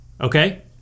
Okay